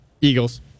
Eagles